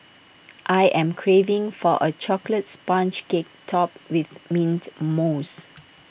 I am craving for A Chocolate Sponge Cake Topped with Mint Mousse